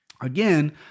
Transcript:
again